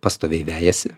pastoviai vejasi